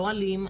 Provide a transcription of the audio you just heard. לא אלים,